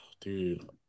dude